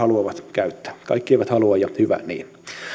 käyttää kaikki eivät halua ja hyvä niin